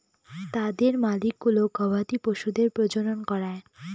তাদের মালিকগুলো গবাদি পশুদের প্রজনন করায়